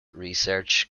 research